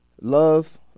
Love